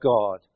God